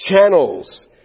channels